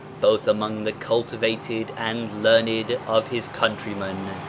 both among the cultivated and learned of his countrymen,